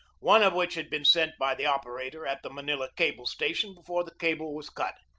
one of which had been sent by the operator at the manila cable station before the cable was cut.